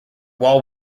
wall